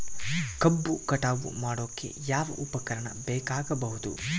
ಕಬ್ಬು ಕಟಾವು ಮಾಡೋಕೆ ಯಾವ ಉಪಕರಣ ಬೇಕಾಗಬಹುದು?